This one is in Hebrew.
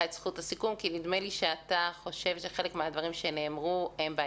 את זכות הסיכום כי נדמה לי שאתה חושב שחלק מהדברים שנאמרו הם בעייתיים.